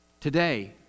Today